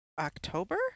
October